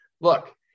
Look